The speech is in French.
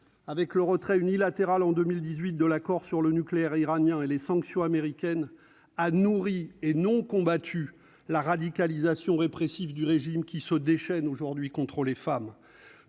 avec le retrait unilatéral en 2018 de l'accord sur le nucléaire iranien et les sanctions américaines ah et non combattu la radicalisation répressif du régime qui se déchaînent, aujourd'hui contrôlée femmes